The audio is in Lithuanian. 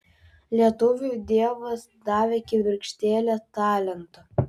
lietuviui dievas davė kibirkštėlę talento